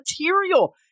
material